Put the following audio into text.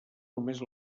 només